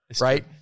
right